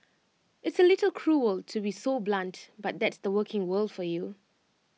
it's A little cruel to be so blunt but that's the working world for you